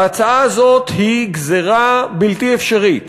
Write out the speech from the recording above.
ההצעה הזאת היא גזירה בלתי אפשרית,